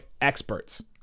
experts